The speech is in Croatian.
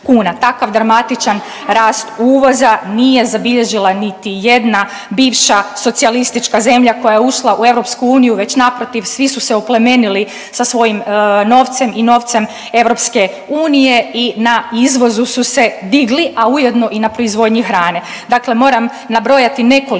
Takav dramatičan rast uvoza nije zabilježila niti jedna bivša socijalistička zemlja koja je ušla u EU već naprotiv svi su se oplemenili sa svojim novcem i novcem EU i na izvozu su se digli, a ujedno i na proizvodnji hrane.